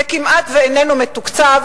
וזה כמעט לא מתוקצב,